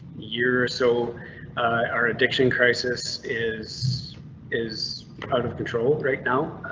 you're so our addiction crisis is is out of control right now.